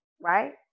right